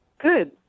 Good